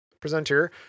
presenter